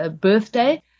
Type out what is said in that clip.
birthday